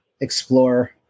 explore